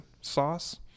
sauce